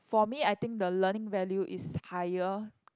for me I think the learning value is higher